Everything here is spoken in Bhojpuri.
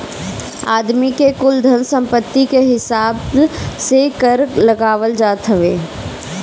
आदमी के कुल धन सम्पत्ति कअ हिसाब से कर लगावल जात हवे